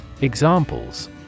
Examples